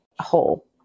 whole